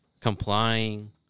complying